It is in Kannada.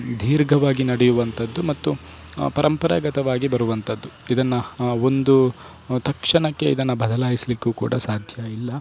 ದೀರ್ಘವಾಗಿ ನಡೆಯುವಂತದ್ದು ಮತ್ತು ಪರಂಪರಾಗತವಾಗಿ ಬರುವಂತದ್ದು ಇದನ್ನು ಒಂದು ತಕ್ಷಣಕ್ಕೆ ಇದನ್ನು ಬದಲಾಯಿಸಲಿಕ್ಕೂ ಕೂಡ ಸಾಧ್ಯ ಇಲ್ಲ